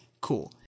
cool